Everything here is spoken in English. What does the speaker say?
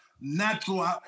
natural